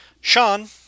Sean